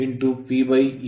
ಆದ್ದರಿಂದ ಮೇಲ್ಮೈ ಪ್ರದೇಶ